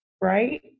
right